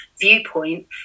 viewpoint